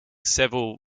several